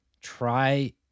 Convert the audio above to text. try